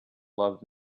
love